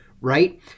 right